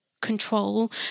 control